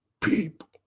People